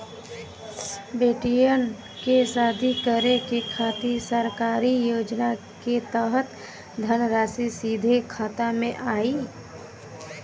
बेटियन के शादी करे के खातिर सरकारी योजना के तहत धनराशि सीधे खाता मे आई?